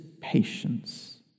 patience